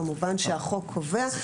במובן שהחוק קובע.